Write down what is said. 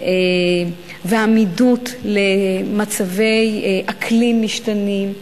ועמידות במצבי אקלים משתנים,